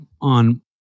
on